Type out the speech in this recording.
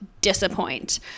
disappoint